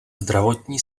zdravotní